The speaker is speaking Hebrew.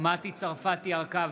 מטי צרפתי הרכבי,